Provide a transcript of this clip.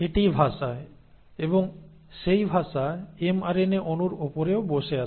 এটিই ভাষা এবং সেই ভাষা এমআরএনএ অণুর উপরেও বসে আছে